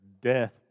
death